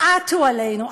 עטו עלינו,